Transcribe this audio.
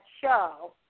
show